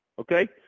okay